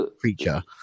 creature